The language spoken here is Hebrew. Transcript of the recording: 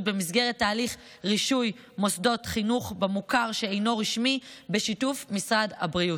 במסגרת תהליך רישוי מוסדות חינוך במוכר שאינו רשמי בשיתוף משרד הבריאות.